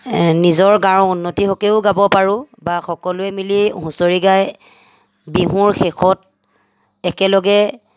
এ নিজৰ গাঁৱৰ উন্নতিৰ হকেও গাব পাৰোঁ বা সকলোৱে মিলি হুঁচৰি গাই বিহুৰ শেষত একেলগে